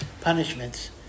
punishments